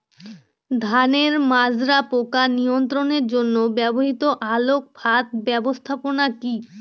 ধানের মাজরা পোকা নিয়ন্ত্রণের জন্য ব্যবহৃত আলোক ফাঁদ ব্যবস্থাপনা কি?